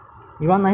not like singapore